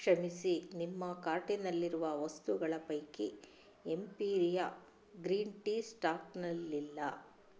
ಕ್ಷಮಿಸಿ ನಿಮ್ಮ ಕಾರ್ಟಿನಲ್ಲಿರುವ ವಸ್ತುಗಳ ಪೈಕಿ ಎಂಪೀರಿಯಾ ಗ್ರೀನ್ ಟೀ ಸ್ಟಾಕ್ನಲ್ಲಿಲ್ಲ